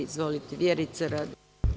Izvolite, Vjerica Radeta.